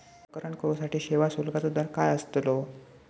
प्रकरण करूसाठी सेवा शुल्काचो दर काय अस्तलो?